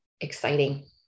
exciting